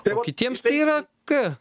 ir kitiems tai yra ką